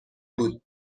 بود